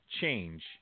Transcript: change